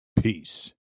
peace